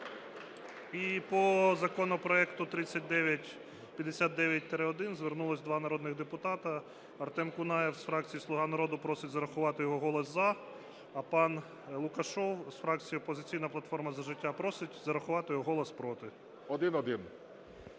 І по законопроекту 3959-1 звернулося два народних депутати. Артем Кунаєв з фракції "Слуга народу" просить зарахувати його голос "за". А пан Лукашев з фракції "Опозиційна платформа – За життя" просить зарахувати його голос "проти".